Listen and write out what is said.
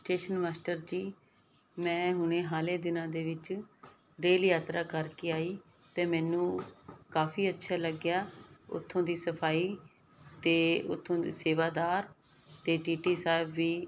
station master ji ਮੈਂ ਹੁਣੇ ਹਾਲੇ ਦਿਨਾਂ ਦੇ ਵਿੱਚ ਰੇਲ ਯਾਤਰਾ ਕਰਕੇ ਆਈ ਅਤੇ ਮੈਨੂੰ ਕਾਫੀ ਅੱਛਾ ਲੱਗਿਆ ਉਥੋਂ ਦੀ ਸਫਾਈ ਅਤੇ ਉਥੋਂ ਦੇ ਸੇਵਾਦਾਰ ਅਤੇ ਟੀਟੀ ਸਾਹਿਬ ਵੀ